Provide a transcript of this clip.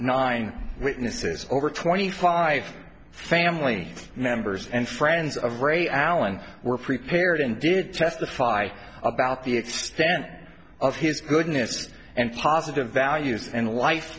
nine witnesses over twenty five family members and friends of ray allen were prepared and did testify about the extent of his goodness and positive values and life